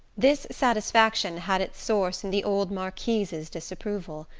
this satisfaction had its source in the old marquise's disapproval.